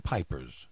Pipers